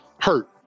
hurt